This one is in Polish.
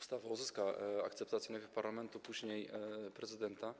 ustawa uzyska akceptację najpierw parlamentu, a później prezydenta.